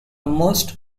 most